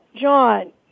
John